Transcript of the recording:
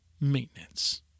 Maintenance